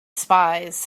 spies